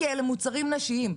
כי אלה מוצרים נשיים.